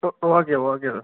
O okay okay sir